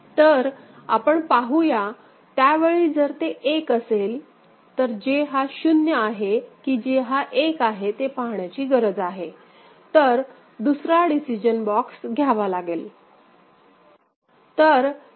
तर आपण पाहुया त्या वेळी जर ते 1 असेल तर J हा 0 आहे कि J हा 1 आहे ते पाहण्याची गरज आहे तर दुसरा डिसिजन बॉक्स घ्यावा लागेल